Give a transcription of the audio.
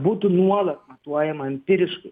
būtų nuolat matuojama empiriškai